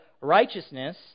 righteousness